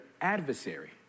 adversary